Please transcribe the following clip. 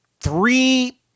three